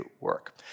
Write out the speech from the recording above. work